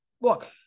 Look